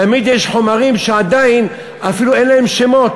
תמיד יש חומרים שעדיין אפילו אין להם שמות.